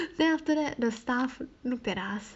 then after that the staff looked at us